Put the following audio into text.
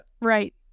Right